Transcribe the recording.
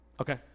Okay